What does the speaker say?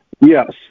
Yes